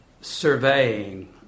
surveying